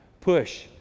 Push